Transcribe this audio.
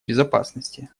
безопасности